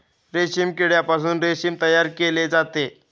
रेशीम किड्यापासून रेशीम तयार केले जाते